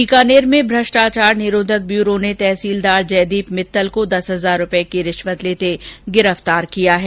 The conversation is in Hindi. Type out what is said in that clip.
बीकानेर में भ्रष्टाचार निरोधक ब्यूरो ने तहसीलदार जयदीप मित्तल को दस हजार रूपए की रिश्वत लेते गिरफ्तार किया है